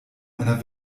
einer